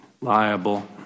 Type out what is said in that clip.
liable